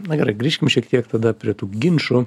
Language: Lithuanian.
na gerai grįžkim šiek tiek tada prie tų ginčų